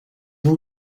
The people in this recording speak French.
ont